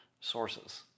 sources